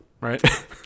Right